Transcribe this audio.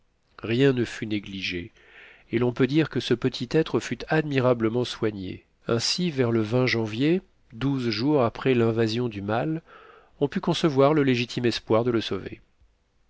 rien ne fut négligé et l'on peut dire que ce petit être fut admirablement soigné ainsi vers le janvier douze jours après l'invasion du mal on put concevoir le légitime espoir de le sauver